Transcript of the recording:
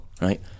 right